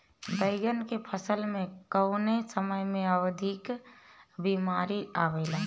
बैगन के फसल में कवने समय में अधिक बीमारी आवेला?